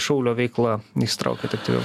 šaulio veikla įsitraukėt aktyviau